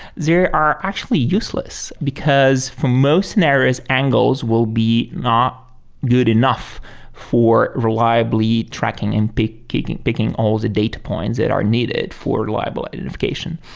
are actually useless, because for most scenarios, angles will be not good enough for reliably tracking and picking picking all the data points that are needed for liable identification.